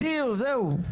שניה אחת אדיר, זהו.